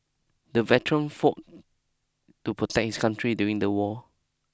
the veteran fought to protect his country during the war